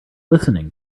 listening